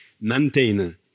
maintain